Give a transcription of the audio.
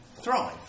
thrive